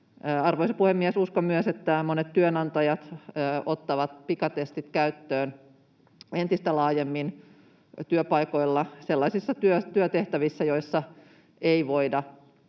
Arvoisa puhemies! Uskon myös, että monet työnantajat ottavat pikatestit käyttöön entistä laajemmin työpaikoilla sellaisissa työtehtävissä, joissa ei voida